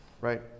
right